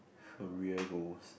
career goals